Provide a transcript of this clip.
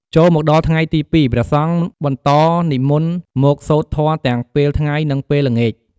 ចូលមកដល់ថ្ងៃទី២ ព្រះសង្ឃបន្តនិមន្តមកសូត្រធម៌ទាំងពេលថ្ងៃ និងពេលល្ងាច។